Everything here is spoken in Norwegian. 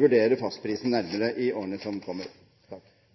vurdere fastprisen